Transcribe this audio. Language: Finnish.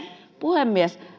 puhemies